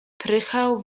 prychał